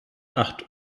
acht